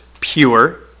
pure